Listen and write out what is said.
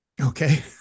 Okay